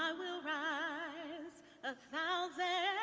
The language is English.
i will rise a thousand